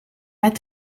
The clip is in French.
pas